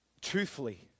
truthfully